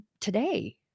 today